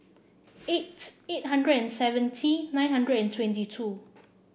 eight eight hundred and seventy nine hundred and twenty two